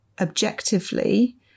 objectively